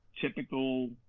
typical